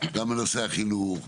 גם בנושא החינוך,